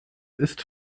ist